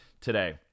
today